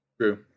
True